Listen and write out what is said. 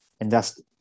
invest